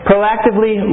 Proactively